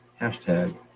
hashtag